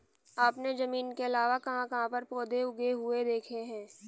आपने जमीन के अलावा कहाँ कहाँ पर पौधे उगे हुए देखे हैं?